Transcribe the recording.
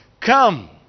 Come